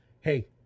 Hey